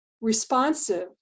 responsive